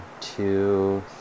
two